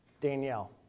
Danielle